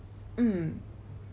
mm